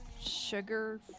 Sugar